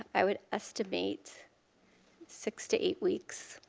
i would estimate six to eight weeks.